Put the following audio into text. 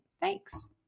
Thanks